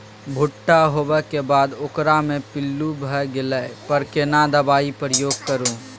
भूट्टा होबाक बाद ओकरा मे पील्लू भ गेला पर केना दबाई प्रयोग करू?